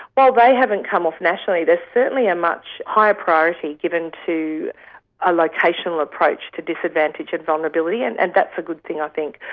while but they haven't come off nationally, there's certainly a much higher priority given to a locational approach to disadvantage and vulnerability. and and that's a good thing, i think.